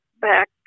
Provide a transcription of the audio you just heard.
back